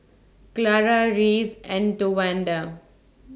Clara Rhys and Towanda